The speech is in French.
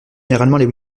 généralement